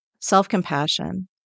self-compassion